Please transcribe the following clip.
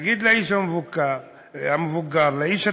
נגיד לאיש המבוגר, לאיש התלוי: